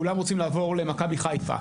כולם רוצים לעבור למכבי חיפה.